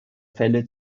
fälle